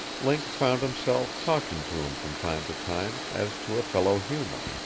link found himself talking to him from time to time as to a fellow human.